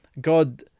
God